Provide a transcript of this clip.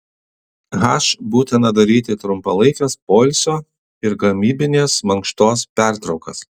h būtina daryti trumpalaikes poilsio ir gamybinės mankštos pertraukas